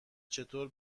چطور